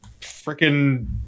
freaking